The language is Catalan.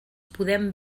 podem